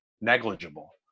negligible